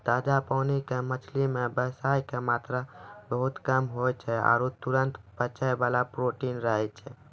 ताजा पानी के मछली मॅ वसा के मात्रा बहुत कम होय छै आरो तुरत पचै वाला प्रोटीन रहै छै